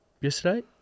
yesterday